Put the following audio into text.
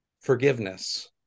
forgiveness